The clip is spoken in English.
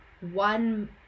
one